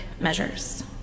measures